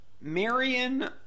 Marion